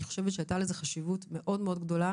אני חושבת שהייתה לזה חשיבות מאוד מאוד גדולה